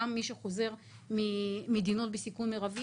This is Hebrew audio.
גם מי שחוזר ממדינות בסיכון מירבי,